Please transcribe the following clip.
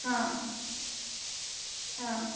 हा आ